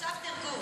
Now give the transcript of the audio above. עכשיו תרגום.